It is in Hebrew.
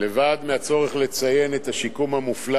לבד מהצורך לציין את השיקום המופלא